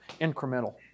incremental